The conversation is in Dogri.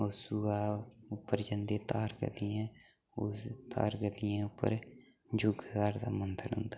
ओह् सोहा उप्पर जंदे तार गतियें पर उस तार गतियें उप्पर युगधार दा मंदिर ऐ